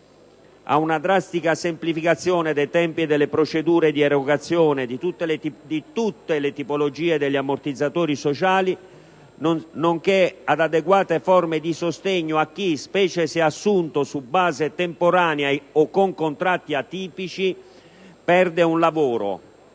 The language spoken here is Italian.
«una drastica semplificazione dei tempi e delle procedure di erogazione di tutte le tipologie di ammortizzatori sociali» e «adeguate forme di sostegno a chi, specie se assunto su base temporanea o con contratti atipici, perde un lavoro